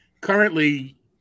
currently